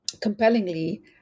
compellingly